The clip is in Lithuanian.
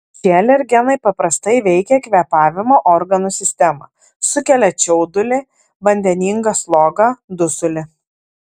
šie alergenai paprastai veikia kvėpavimo organų sistemą sukelia čiaudulį vandeningą slogą dusulį